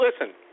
listen